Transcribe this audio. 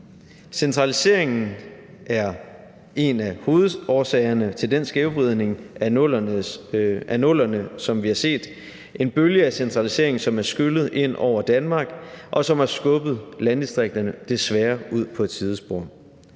Centraliseringen er en af hovedårsagerne til den skævvridning i 00'erne, som vi har set, en bølge af centralisering, som er skyllet ind over Danmark, og som har skubbet landdistrikterne – desværre – ud på et sidespor.